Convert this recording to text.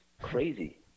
Crazy